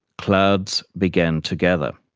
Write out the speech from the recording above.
clouds began to gather.